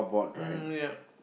mmhmm yup